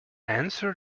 answer